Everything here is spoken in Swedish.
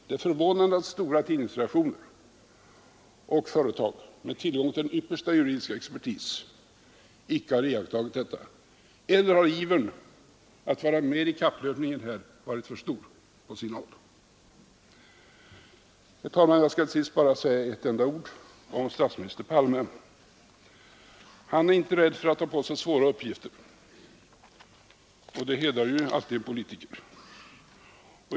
Det är förvånande att stora tidningsredaktioner och företag med tillgång till yppersta juridiska expertis inte har iakttagit detta. Eller har ivern att vara med i kapplöpningen varit för stor på sina håll? Jag skall, herr talman, till sist bara säga några ord om statsminister Palme. Han är inte rädd för att ta på sig svåra uppgifter. Det hedrar alltid en politiker.